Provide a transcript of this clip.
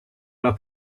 alla